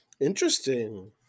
Interesting